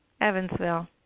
Evansville